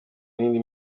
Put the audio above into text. n’indi